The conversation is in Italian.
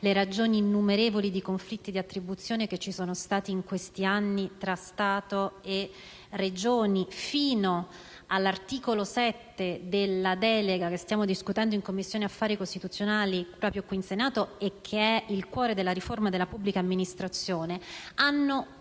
le ragioni innumerevoli di conflitti di attribuzione che ci sono stati in questi anni tra Stato e Regioni, fino all'articolo 7 della delega che stiamo discutendo in Commissioni affari costituzionali qui in Senato e che é il cuore della riforma della pubblica amministrazione, hanno